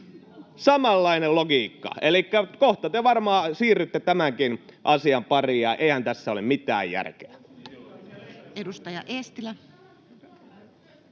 Samanlainen logiikka. Elikkä kohta te varmaan siirrytte tämänkin asian pariin. Eihän tässä ole mitään järkeä. [Speech 75]